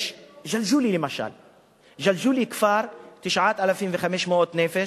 ג'לג'וליה למשל, ג'לג'וליה היא כפר של 9,500 נפש,